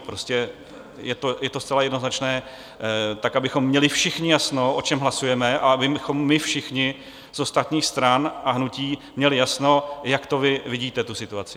Prostě je to zcela jednoznačné, tak abychom měli všichni jasno, o čem hlasujeme, a my všichni z ostatních stran a hnutí měli jasno, jak to vy vidíte, tu situaci.